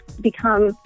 become